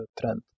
trend